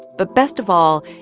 but best of all,